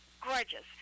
gorgeous